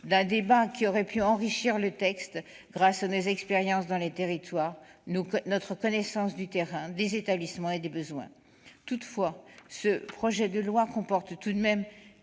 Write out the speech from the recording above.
d'un débat qui aurait pu enrichir le texte grâce à nos expériences dans les territoires, notre connaissance du terrain, des établissements et des besoins. Toutefois, ce projet de loi comporte tout de même